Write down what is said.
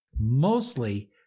mostly